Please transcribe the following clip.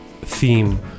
theme